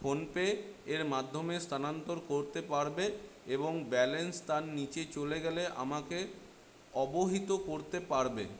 PhonePe এর মাধ্যমে স্থানান্তর করতে পারবে এবং ব্যালেন্স তার নীচে চলে গেলে আমাকে অবহিত করতে পারবে